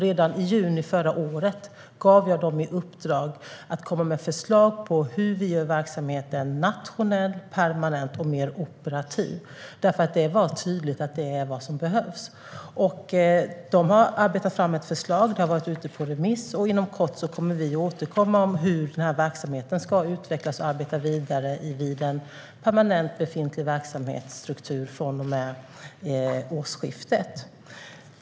Redan i juni förra året gav jag dem i uppdrag att komma med förslag på hur vi gör verksamheten nationell, permanent och mer operativ. Det var tydligt att det är vad som behövs. De har arbetat fram ett förslag. Det har varit ute på remiss. Inom kort kommer vi att återkomma om hur verksamheten ska utvecklas och hur man ska arbeta vidare vid en permanent befintlig verksamhetsstruktur från och med årsskiftet.